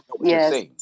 Yes